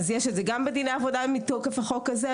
יש את זה גם בדיני עבודה מתוקף החוק הזה,